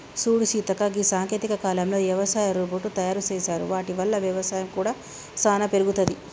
సూడు సీతక్క గీ సాంకేతిక కాలంలో యవసాయ రోబోట్ తయారు సేసారు వాటి వల్ల వ్యవసాయం కూడా సానా పెరుగుతది